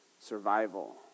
survival